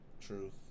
Truth